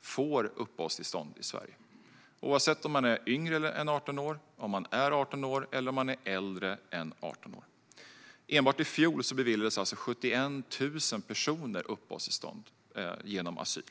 får uppehållstillstånd i Sverige - oavsett om man är yngre än 18 år, om man är 18 år eller om man är äldre än 18 år. Enbart i fjol beviljades 71 000 personer uppehållstillstånd genom asyl.